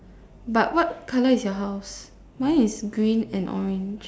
but what colour is your house mine is green and orange